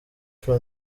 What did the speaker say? fla